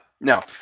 no